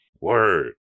Word